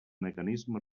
mecanisme